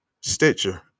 Stitcher